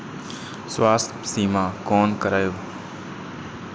स्वास्थ्य सीमा कोना करायब?